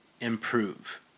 improve